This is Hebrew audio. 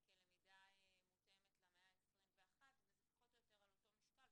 כלמידה מותאמת למאה ה-21 וזה פחות או יותר על אותו משקל,